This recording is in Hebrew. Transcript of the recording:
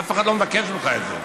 אף אחד לא מבקש ממך את זה.